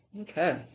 Okay